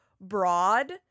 broad